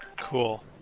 Cool